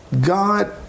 God